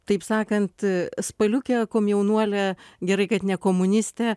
taip sakant spaliukė komjaunuolė gerai kad ne komunistė